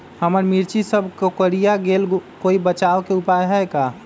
हमर मिर्ची सब कोकररिया गेल कोई बचाव के उपाय है का?